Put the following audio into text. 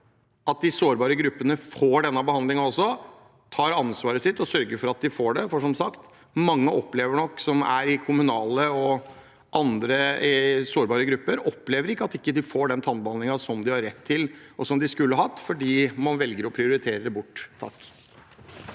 at de sårbare gruppene får denne behandlingen, tar ansvaret sitt og sørger for at de får det. For som sagt: Mange som har kommunale tjenester, og andre sårbare grupper, opplever nok at de ikke får den tannbehandlingen de har rett på, og som de skulle hatt, fordi man velger å prioritere det bort.